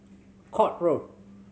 Court Road